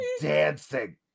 dancing